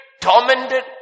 tormented